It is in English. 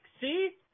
see